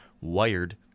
WIRED